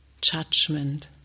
judgment